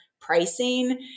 pricing